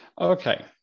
Okay